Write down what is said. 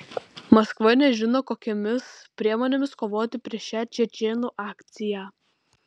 maskva nežino kokiomis priemonėmis kovoti prieš šią čečėnų akciją